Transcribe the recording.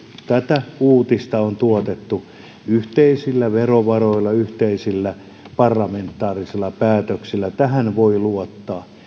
tätä uutista on tuotettu yhteisillä verovaroilla yhteisillä parlamentaarisilla päätöksillä tähän voi luottaa